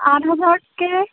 আঠ হেজাৰতকৈ